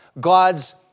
God's